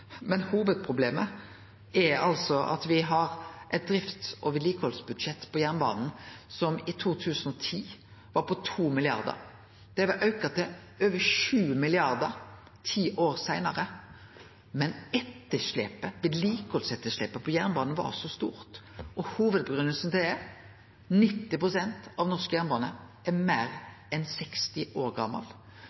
at me har eit drifts- og vedlikehaldsbudsjett på jernbanen som i 2010 var på 2 mrd. kr. Det har me auka til over 7 mrd. kr ti år seinare. Men vedlikehaldsetterslepet på jernbanen var så stort, og hovudgrunngjevinga for det er at 90 pst. av norsk jernbane er meir enn 60 år gamal,